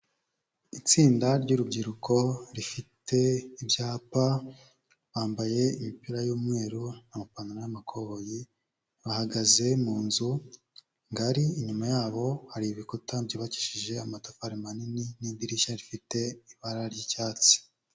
Itsinda ry'urubyiruko rifite ibyapa, bambaye imipira y'umweru, amapantaro y'amakoboyi, bahagaze mu nzu ngari inyuma yabo hari ibikuta byubakishije amatafari manini n'idirishya rifite ibara ry'icyatsi.